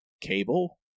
cable